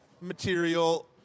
material